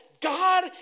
God